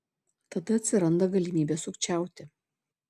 tada atsiranda galimybė sukčiauti